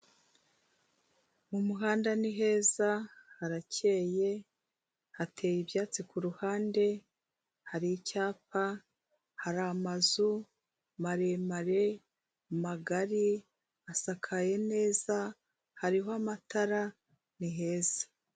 Mu muhanda ni heza, harakeye, hateye ibyatsi ku ruhande, hari icyapa, hari amazu maremare, magari, asakaye neza, hariho amatara, ni heza.